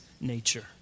nature